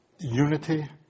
unity